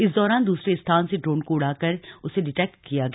इस दौरान दूसरे स्थान से ड्रोन को उड़ा कर उसे डिटेक्ट किया गया